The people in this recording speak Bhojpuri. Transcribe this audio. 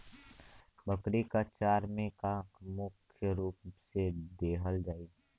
बकरी क चारा में का का मुख्य रूप से देहल जाई?